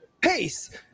pace